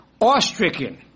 awestricken